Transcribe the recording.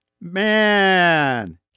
man